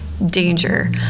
danger